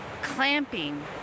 clamping